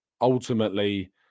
ultimately